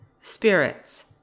Spirits